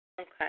Okay